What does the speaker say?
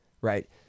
right